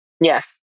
Yes